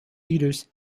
eaters